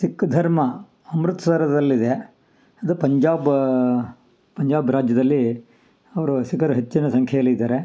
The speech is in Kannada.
ಸಿಖ್ ಧರ್ಮ ಅಮೃತಸರದಲ್ಲಿದೆ ಇದು ಪಂಜಾಬ ಪಂಜಾಬ್ ರಾಜ್ಯದಲ್ಲಿ ಅವ್ರು ಸಿಖ್ಖರು ಹೆಚ್ಚಿನ ಸಂಖ್ಯೆಯಲ್ಲಿದಾರೆ